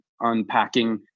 unpacking